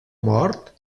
mort